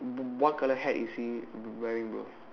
uh what colour hat is he wearing bro